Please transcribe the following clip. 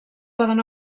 poden